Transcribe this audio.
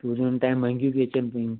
तूरियूं हिन टाइम माहंगियूं थी अचनि पियूं